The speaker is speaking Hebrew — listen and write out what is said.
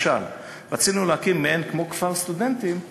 למשל, רצינו להקים מעין כפר סטודנטים,